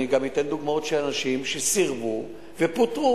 אני גם אתן דוגמאות של אנשים שסירבו ופוטרו.